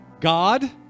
God